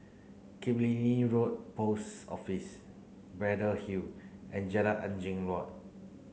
Killiney Road Post Office Braddell Hill and Jalan Angin Laut